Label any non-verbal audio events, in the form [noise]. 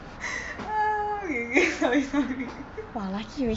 [laughs] okay okay sorry sorry [laughs]